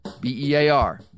B-E-A-R